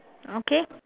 okay